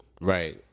Right